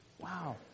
Wow